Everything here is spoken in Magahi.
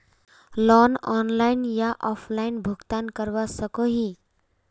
लोन ऑनलाइन या ऑफलाइन भुगतान करवा सकोहो ही?